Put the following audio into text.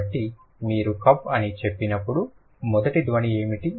కాబట్టి మీరు కప్ అని చెప్పినప్పుడు మొదటి ధ్వని ఏమిటి